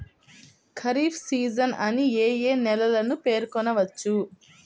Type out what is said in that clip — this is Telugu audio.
ఖరీఫ్ సీజన్ అని ఏ ఏ నెలలను పేర్కొనవచ్చు?